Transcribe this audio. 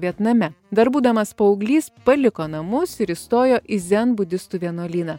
vietname dar būdamas paauglys paliko namus ir įstojo į zenbudistų vienuolyną